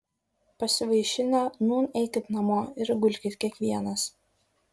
pasivaišinę nūn eikit namo ir gulkit kiekvienas